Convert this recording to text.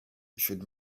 should